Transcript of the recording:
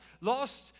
lost